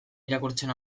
irakurtzen